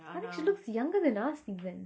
sekali she lookays younger than us even